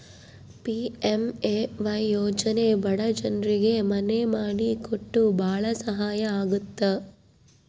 PMAY ಯೋಜನೆ ಬಡ ಜನ್ರಿಗೆ ಮನೆ ಮಾಡಿ ಕೊಟ್ಟು ಭಾಳ ಸಹಾಯ ಆಗುತ್ತ